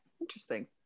Interesting